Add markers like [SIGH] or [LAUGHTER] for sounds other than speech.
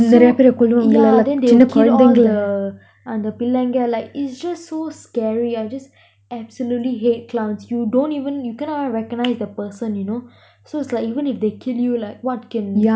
so yeah then they will kill all the [BREATH] அந்த பிள்ளைங்க:antha pillainga like is just so scary I just [BREATH] absolutely hate clowns you don't even you cannot recognise the person you know [BREATH] so is like even if they kill you like what can